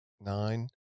nine